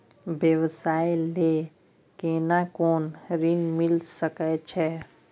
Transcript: व्यवसाय ले केना कोन ऋन मिल सके छै?